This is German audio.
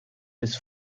des